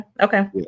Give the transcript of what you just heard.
okay